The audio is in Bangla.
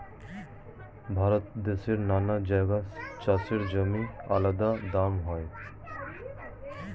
ভারত দেশের নানা জায়গায় চাষের জমির আলাদা দাম হয়